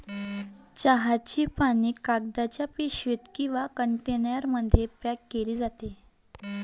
चहाची पाने कागदाच्या पिशवीत किंवा कंटेनरमध्ये पॅक केली जातात